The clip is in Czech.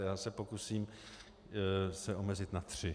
Já se pokusím se omezit na tři.